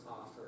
offer